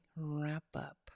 wrap-up